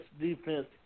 defense